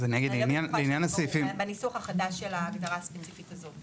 אני לא בטוחה שזה ברור מהניסוח החדש של ההגדרה הספציפית הזו,